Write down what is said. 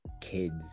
kids